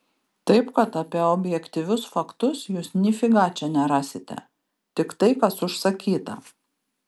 taip kad apie objektyvius faktus jūs nifiga čia nerasite tik tai kas užsakyta